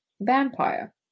vampire